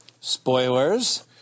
spoilers